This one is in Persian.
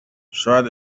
شاید